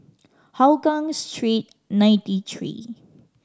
Hougang Street Ninety Three